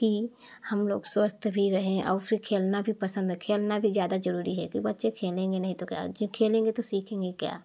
की हम लोग स्वस्थ भी रहें और फ़िर खेलना भी पसंद है खेलना भी ज़्यादा ज़रूरी है कि बच्चे खेलेंगे नहीं तो क्या जो खेलेंगे तो सीखेंगे क्या